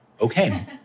Okay